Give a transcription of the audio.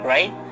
Right